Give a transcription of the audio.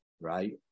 Right